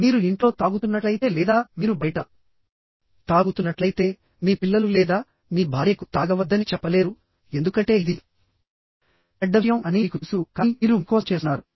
మీరు ఇంట్లో తాగుతున్నట్లయితే లేదా మీరు బయట తాగుతున్నట్లయితే మీ పిల్లలు లేదా మీ భార్యకు తాగవద్దని చెప్పలేరు ఎందుకంటే ఇది చెడ్డ విషయం అని మీకు తెలుసు కానీ మీరు మీ కోసం చేస్తున్నారు